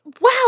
Wow